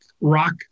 Rock